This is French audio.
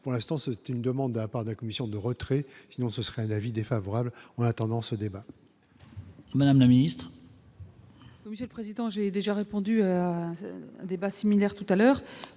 pour l'instant, c'est une demande à par des commissions de retrait, sinon ce serait un avis défavorable, on attend dans ce débat. Madame la Ministre. Vous êtes président, j'ai déjà répondu à un débat similaire tout-à-l'à heure